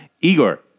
Igor